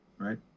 Right